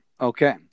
Okay